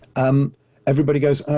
um everybody goes, oh,